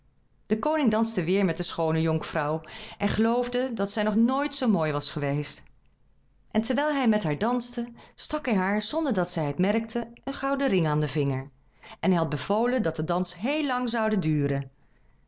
de koning danste weer met de schoone jonkvrouw en geloofde dat zij nog nooit zoo mooi was geweest en terwijl hij met haar danste stak hij haar zonder dat zij het merkte een gouden ring aan den vinger en hij had bevolen dat de dans heel lang zoude duren